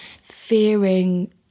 fearing